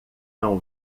não